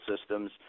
systems